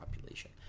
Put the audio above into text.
population